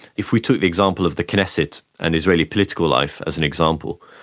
if we took the example of the knesset and israeli political life as an example,